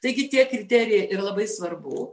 taigi tie kriterijai ir labai svarbu